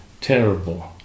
terrible